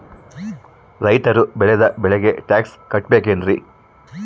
ರೈತರು ಬೆಳೆದ ಬೆಳೆಗೆ ಟ್ಯಾಕ್ಸ್ ಕಟ್ಟಬೇಕೆನ್ರಿ?